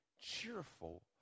cheerful